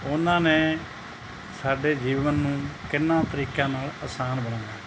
ਉਨ੍ਹਾਂ ਨੇ ਸਾਡੇ ਜੀਵਨ ਨੂੰ ਕਿਹਨਾਂ ਤਰੀਕਿਆਂ ਨਾਲ ਅਸਾਨ ਬਣਾਇਆ ਹੈ